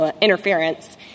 interference